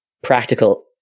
Practical